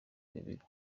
gabiro